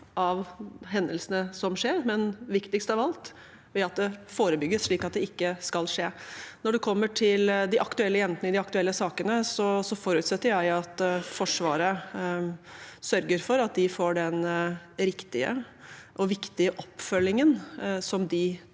av hendelsene som skjer, men viktigst av alt ved at det forebygges, slik at det ikke skal skje. Når det gjelder de aktuelle jentene i de aktuelle sakene, forutsetter jeg at Forsvaret sørger for at de får den riktige og viktige oppfølgingen som de